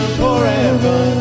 forever